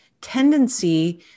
tendency